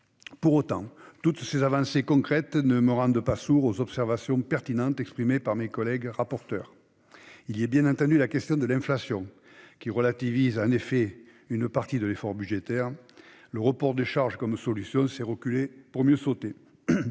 Pour autant, toutes ces avancées concrètes ne me rendent pas sourd aux observations pertinentes exprimées par mes collègues rapporteurs. Il y a, bien entendu, la question de l'inflation, qui relativise en effet une partie de l'effort budgétaire. Le report de charges comme solution, c'est reculer pour mieux sauter.